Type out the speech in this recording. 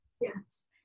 Yes